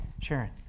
sharon